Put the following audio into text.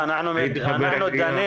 דנים